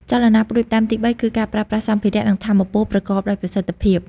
ចលនាផ្តួចផ្តើមទីបីគឺការប្រើប្រាស់សម្ភារៈ និងថាមពលប្រកបដោយប្រសិទ្ធភាព។